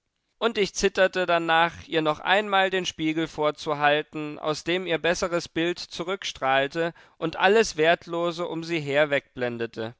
und ich zitterte danach ihr noch einmal den spiegel vorzuhalten aus dem ihr besseres bild zurückstrahlte und alles wertlose um sie her